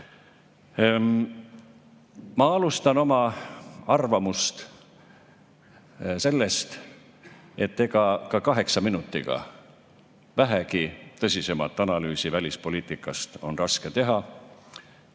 on. Ma alustan oma arvamusavaldust sellest, et ka kaheksa minutiga vähegi tõsisemat analüüsi välispoliitikast on raske teha,